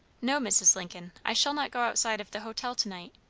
no, mrs. lincoln, i shall not go outside of the hotel to-night,